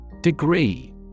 Degree